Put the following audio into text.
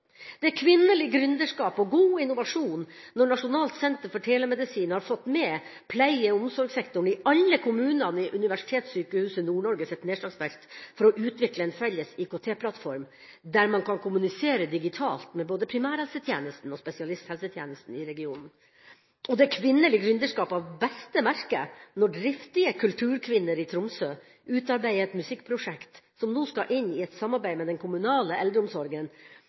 Det er kvinnelig gründerskap og god innovasjon når Nasjonalt senter for samhandling og telemedisin har fått med pleie- og omsorgssektoren i alle kommunene i Universitetssykehuset Nord-Norge sitt nedslagsfelt for å utvikle en felles IKT-plattform, der man kan kommunisere digitalt med både primærhelsetjenesten og spesialisthelsetjenesten i regionen. Og det er kvinnelig gründerskap av beste merke når driftige kulturkvinner i Tromsø utarbeider et musikkprosjekt som nå skal inngå et samarbeid med den kommunale eldreomsorgen,